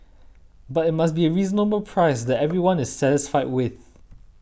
but it must be a reasonable price that everyone is satisfied with